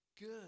good